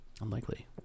Unlikely